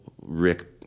Rick